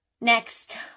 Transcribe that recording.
next